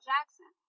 Jackson